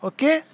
Okay